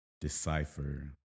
decipher